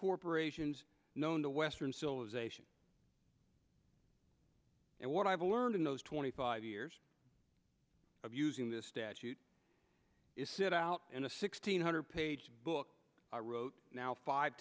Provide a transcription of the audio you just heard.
corporations known to western civilization and what i've learned in those twenty five years of using this statute is sit out in a sixteen hundred page book i wrote now five